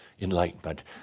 enlightenment